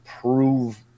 prove